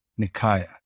Nikaya